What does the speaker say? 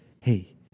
Hey